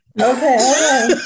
Okay